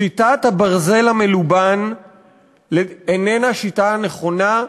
שיטת הברזל המלובן איננה שיטה נכונה,